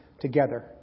together